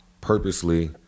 Purposely